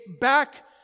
back